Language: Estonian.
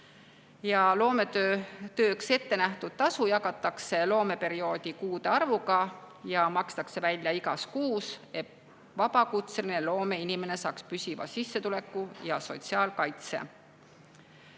Loometööks ettenähtud tasu jagatakse loomeperioodi kuude arvuga ja makstakse välja igas kuus, et vabakutseline loomeinimene saaks püsiva sissetuleku ja sotsiaalkaitse.